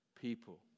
people